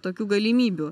tokių galimybių